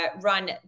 run